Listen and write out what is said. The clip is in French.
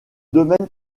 domaine